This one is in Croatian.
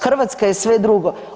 Hrvatska je sve drugo.